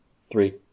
Three